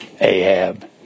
Ahab